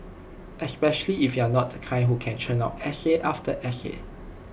especially if you're not the kind who can churn out essay after essay